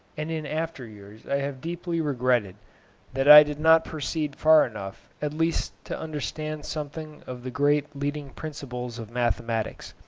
and in after years i have deeply regretted that i did not proceed far enough at least to understand something of the great leading principles of mathematics,